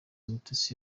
mutesi